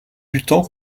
luttant